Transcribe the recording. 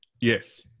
Yes